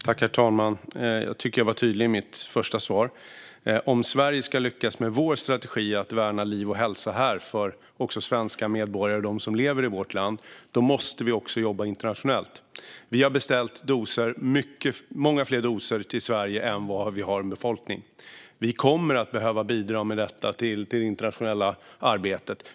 Herr talman! Jag tycker att jag var tydlig i mitt första svar. Om Sverige ska lyckas med vår strategi att värna liv och hälsa för svenska medborgare och dem som lever i vårt land måste vi också jobba internationellt. Vi har beställt många fler doser till Sverige än antal personer i befolkningen. Vi kommer att behöva bidra med detta till det internationella arbetet.